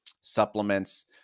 supplements